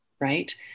right